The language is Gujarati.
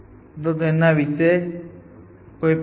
તો તેના વિશે કોઈ પ્રશ્નો